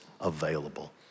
available